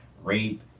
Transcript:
rape